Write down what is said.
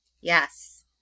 Yes